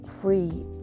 Free